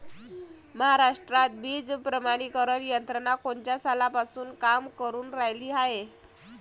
महाराष्ट्रात बीज प्रमानीकरण यंत्रना कोनच्या सालापासून काम करुन रायली हाये?